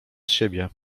siebie